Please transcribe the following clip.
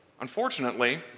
Unfortunately